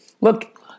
Look